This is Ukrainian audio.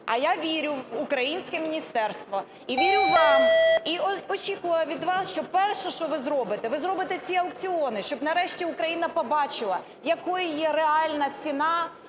А я вірю в українське міністерство і вірю вам, і очікую від вас, що перше, що ви зробите, ви зробите ці аукціони, щоб нарешті Україна побачила, якою є реальна ціна,